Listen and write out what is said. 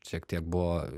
šiek tiek buvo